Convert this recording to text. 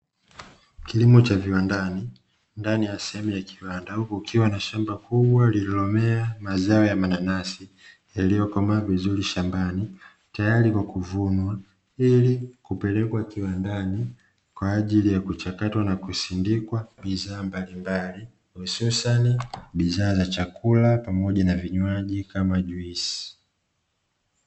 Kilimo cha viwandani ndani ya sehemu ya kiwanda huku ukiwa na shamba kubwa lililomea mazao ya mananasi yaliyokomaa vizuri shambani, tayari kwa kuvunwa ili kupelekwa kiwandani kwa ajili ya kuchakatwa na kusindikwa bidhaa mbalimbali hususani bidhaa za chakula pamoja na vinywaji kama juisi.